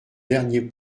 dernier